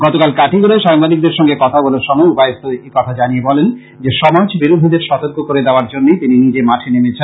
গতকাল কাটিগড়ায় সাংবাদিকদের সঙ্গে কথা বলার সময় উপায়ুক্ত এই কথা জানিয়ে বলেন যে সমাজ বিরোধীদের সতর্ক করে দেওয়ার জন্যই তিনি নিজে মাঠে নেমেছেন